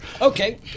okay